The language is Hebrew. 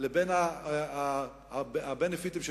הבניפיטים,